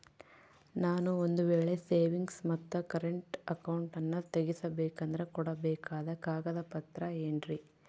ನಾನು ಒಂದು ವೇಳೆ ಸೇವಿಂಗ್ಸ್ ಮತ್ತ ಕರೆಂಟ್ ಅಕೌಂಟನ್ನ ತೆಗಿಸಬೇಕಂದರ ಕೊಡಬೇಕಾದ ಕಾಗದ ಪತ್ರ ಏನ್ರಿ?